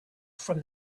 from